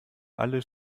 alle